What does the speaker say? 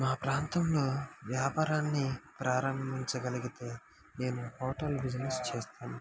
మా ప్రాంతంలో వ్యాపారాన్ని ప్రారంభించగలిగితే నేను హోటల్ బిజినెస్ చేస్తాను